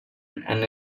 and